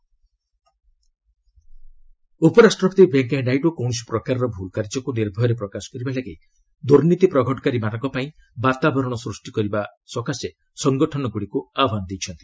VP ASSOCHAM ଉପରାଷ୍ଟ୍ରପତି ଭେଙ୍କିୟା ନାଇଡୁ କୌଣସି ପ୍ରକାରର ଭୁଲ୍ କାର୍ଯ୍ୟକୁ ନିର୍ଭୟରେ ପ୍ରକାଶ କରିବା ଲାଗି ଦୁର୍ନୀତି ପ୍ରଘଟକାରୀମାନଙ୍କ ପାଇଁ ବାତାବରଣ ସୂଷ୍ଟି କରିବା ସକାଶେ ସଙ୍ଗଠନଗୁଡ଼ିକୁ ଆହ୍ୱାନ ଜଣାଇଛନ୍ତି